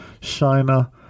china